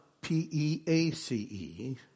P-E-A-C-E